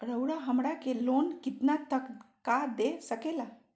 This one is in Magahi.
रउरा हमरा के लोन कितना तक का दे सकेला?